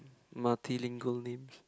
multilingual names